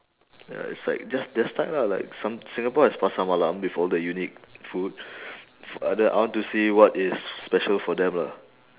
ya it's like just their style lah like some singapore has pasar malam with all the unique food f~ ada I want to see what is special for them lah